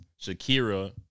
Shakira